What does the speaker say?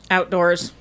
Outdoors